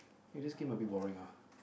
eh this game a bit boring ah